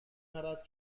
پرد